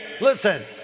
Listen